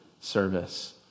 service